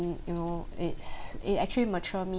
you know it's it actually mature me